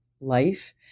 life